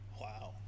Wow